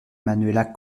manuela